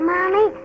Mommy